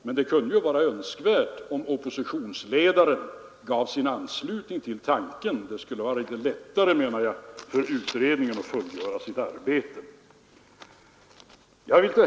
Men det hade varit önskvärt om oppositionsledaren gav sin anslutning till tanken. Då skulle det vara lättare för utredningen att fullgöra sitt arbete, menar jag.